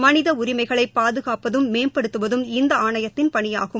மளித உரிமைகளை பாதுகாப்பதும் மேம்படுத்துவதும் இந்த ஆணையத்தின் பணியாகும்